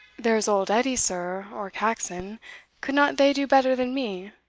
there is old edie, sir, or caxon could not they do better than me?